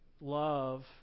Love